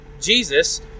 jesus